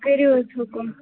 کٔرِو حظ حُکُم